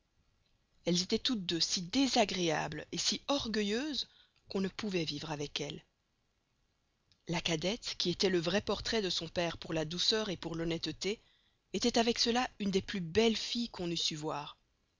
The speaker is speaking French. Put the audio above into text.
elles estoient toutes deux si desagréables et si orgueilleuses qu'on ne pouvoit vivre avec elles la cadette qui estoit le vray portrait de son pere pour la douceur et l'honnesteté estoit avec cela une des plus belles filles qu'on eust sceu voir